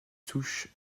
souches